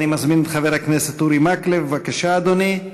אני מזמין את חבר הכנסת אורי מקלב, בבקשה, אדוני.